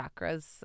chakras